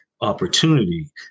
opportunity